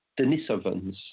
Denisovans